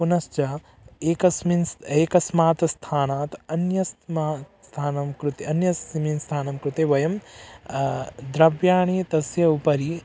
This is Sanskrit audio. पुनश्च एकस्मिन् स् एकस्मात् स्थानात् अन्यस्मात् स्थानं कृते अन्यस्मिन् स्थानं कृते वयं द्रव्याणि तस्य उपरि